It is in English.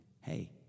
hey